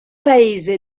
paese